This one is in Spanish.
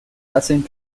hacen